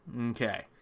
Okay